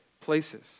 places